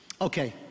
Okay